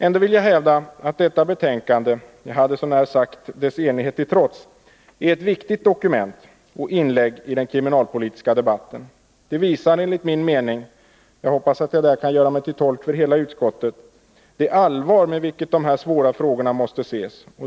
Ändå vill jag hävda att detta betänkande — jag hade så när sagt: dess enighet till trots — är ett viktigt dokument och inlägg i den kriminalpolitiska debatten. Det visar enligt min mening — och jag hoppas att jag kan göra mig till tolk för hela utskottet — det allvar med vilket dessa svåra frågor måste ses.